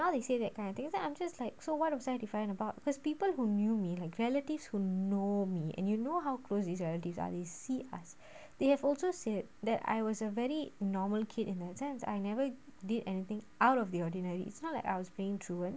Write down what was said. so now they say that kind of things like I'm just like so what was I defiant about because people who knew me like relatives who know me and you know how close these relatives are they see us they have also said that I was a very normal kid in a sense I never did anything out of the ordinary it's not like I was playing truant